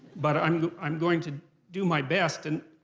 but i'm i'm going to do my best. and